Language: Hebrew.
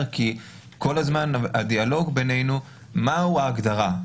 כי כל הזמן הדיאלוג בינינו הוא על מהי ההגדרה.